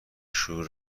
شور